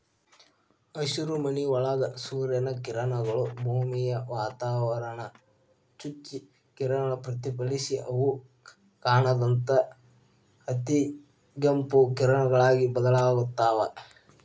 ಹಸಿರುಮನಿಯೊಳಗ ಸೂರ್ಯನ ಕಿರಣಗಳು, ಭೂಮಿಯ ವಾತಾವರಣಾನ ಚುಚ್ಚಿ ಕಿರಣ ಪ್ರತಿಫಲಿಸಿ ಅವು ಕಾಣದಂತ ಅತಿಗೆಂಪು ಕಿರಣಗಳಾಗಿ ಬದಲಾಗ್ತಾವ